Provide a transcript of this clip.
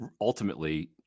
ultimately